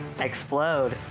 Explode